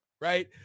right